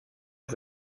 est